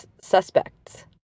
suspects